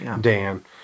dan